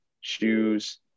shoes